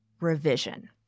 revision